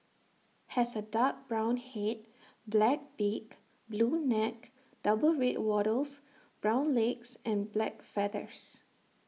has A dark brown Head black beak blue neck double red wattles brown legs and black feathers